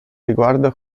riguarda